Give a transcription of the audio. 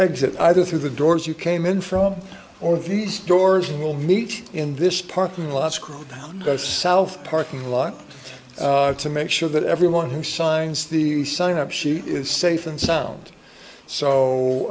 exit either through the doors you came in from or these stores will meet in this parking lot scroll down south parking lot to make sure that everyone who signs the sign up sheet is safe and sound so